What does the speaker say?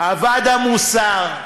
אבד המוסר,